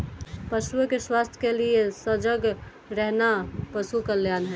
पशुओं के स्वास्थ्य के लिए सजग रहना पशु कल्याण है